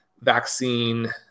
vaccine